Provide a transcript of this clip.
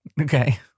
Okay